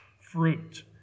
fruit